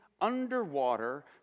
underwater